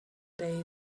day